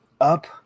up